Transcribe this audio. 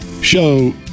show